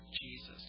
Jesus